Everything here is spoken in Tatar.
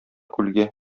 күлгә